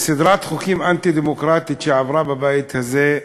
וסדרת חוקים אנטי-דמוקרטיים שעברה בבית הזה,